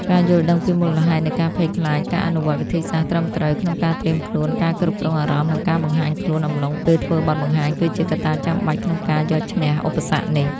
ការយល់ដឹងពីមូលហេតុនៃការភ័យខ្លាច ការអនុវត្តវិធីសាស្ត្រត្រឹមត្រូវក្នុងការត្រៀមខ្លួន ការគ្រប់គ្រងអារម្មណ៍ និងការបង្ហាញខ្លួនអំឡុងពេលធ្វើបទបង្ហាញ គឺជាកត្តាចាំបាច់ក្នុងការយកឈ្នះឧបសគ្គនេះ។